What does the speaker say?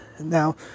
Now